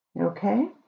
okay